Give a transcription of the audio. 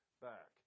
back